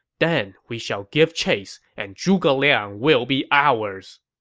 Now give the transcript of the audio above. then we shall give chase, and zhuge liang will be ours.